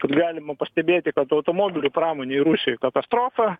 kad galima pastebėti kad automobilių pramonei rusijoj katastrofa